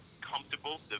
comfortable